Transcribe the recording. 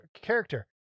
character